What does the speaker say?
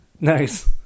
Nice